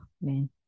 man